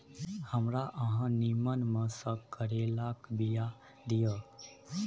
हमरा अहाँ नीमन में से करैलाक बीया दिय?